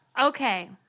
Okay